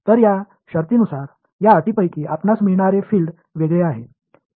तर या शर्तींनुसार या अटींपैकी आपणास मिळणारे फील्ड वेगळे आहे